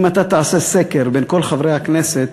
אם אתה תעשה סקר בין כל חברי הכנסת